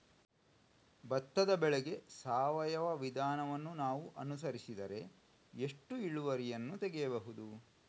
ಭತ್ತದ ಬೆಳೆಗೆ ಸಾವಯವ ವಿಧಾನವನ್ನು ನಾವು ಅನುಸರಿಸಿದರೆ ಎಷ್ಟು ಇಳುವರಿಯನ್ನು ತೆಗೆಯಬಹುದು?